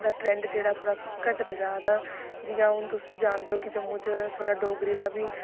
ओह् ट्रेंड जेहड़ा ओह् घटदा जारदा ऐ जियां हून तुस बी जानदे हो कि जम्मू च थोह्ड़ा डोगरी दा बी